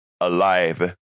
alive